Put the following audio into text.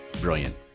brilliant